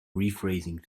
rephrasing